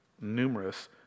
numerous